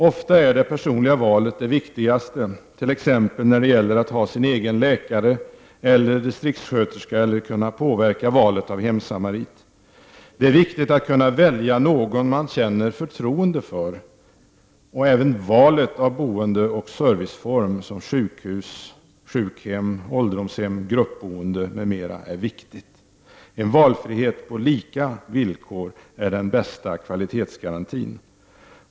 Ofta är det personliga valet det viktigaste, t.ex. när det gäller att ha sin egen läkare eller distriktssköterska eller att kunna påverka valet av hemsamarit. Det är viktigt att kunna välja någon man känner förtroende för. Även valet av boendeoch serviceform, som sjukhem, sjukhus, ålderdomshem eller gruppboende, är viktigt. En valfrihet på lika villkor är den bästa kvalitetsgarantin.